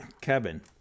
Kevin